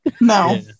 No